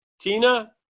Tina